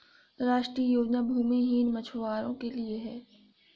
राष्ट्रीय योजना भूमिहीन मछुवारो के लिए है